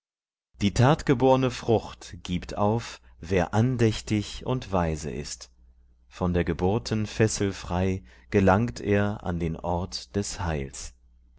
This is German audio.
die tatgeborne frucht gibt auf wer andächtig und weise ist von der geburten fessel frei gelangt er an den ort des heils